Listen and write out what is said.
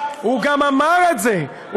הוא גם אמר את זה,